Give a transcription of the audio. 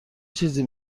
چیزی